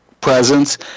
presence